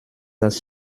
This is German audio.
das